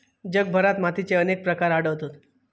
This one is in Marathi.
जगभरात मातीचे अनेक प्रकार आढळतत